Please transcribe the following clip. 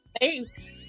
Thanks